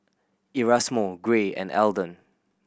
Erasmo Gray and Elden